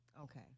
Okay